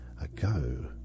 ago